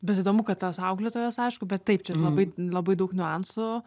bet įdomu kad tas auklėtojas aišku bet taip čia labai labai daug niuansų